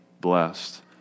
blessed